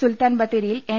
സുൽത്താൻ ബത്തേരിയിൽ എൻ